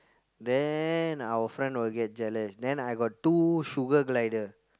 then our friend will get jealous then I got two sugar glider